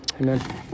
Amen